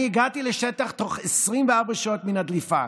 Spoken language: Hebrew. הגעתי לשטח בתוך 24 שעות מן הדליפה.